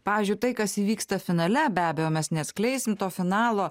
pavyzdžiui tai kas įvyksta finale be abejo mes neatskleisim to finalo